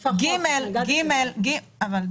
דבר שלישי, היא